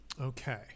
Okay